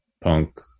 punk